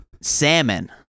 Salmon